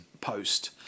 post